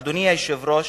אדוני היושב-ראש,